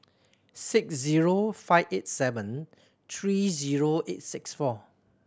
six zero five eight seven three zero eight six four